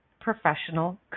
professional